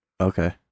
Okay